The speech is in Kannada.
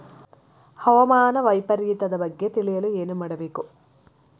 ಹವಾಮಾನ ವೈಪರಿತ್ಯದ ಬಗ್ಗೆ ತಿಳಿಯಲು ಏನು ಮಾಡಬೇಕು?